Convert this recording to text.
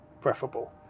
preferable